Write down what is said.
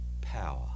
power